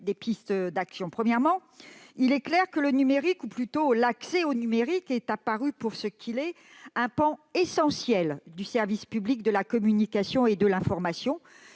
des pistes d'action. Tout d'abord, il est clair que le numérique, ou plutôt l'accès au numérique, est apparu pour ce qu'il est : un pan essentiel du service public de la communication et de l'information.